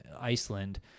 Iceland